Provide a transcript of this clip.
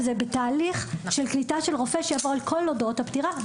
זה בתהליך של קליטה של רופא שיעבור על כל הודעות הפטירה.